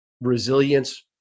resilience